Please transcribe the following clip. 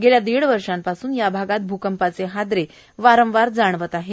गेल्या दीड वर्षापासून या भागांत भूकंपाचे हादरे वारंवार बसत आहेत